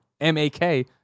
M-A-K